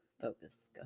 focus